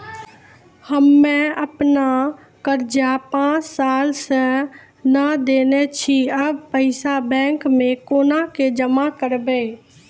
हम्मे आपन कर्जा पांच साल से न देने छी अब पैसा बैंक मे कोना के जमा करबै?